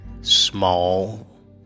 small